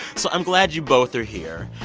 so i'm glad you both are here.